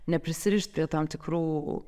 neprisirišt prie tam tikrų